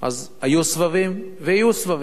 אז היו סבבים ויהיו סבבים,